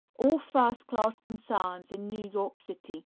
all first-class concerns in new york city.